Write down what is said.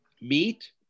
meat